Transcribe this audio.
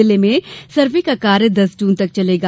जिले में सर्वे का कार्य दस जून तक चलेगा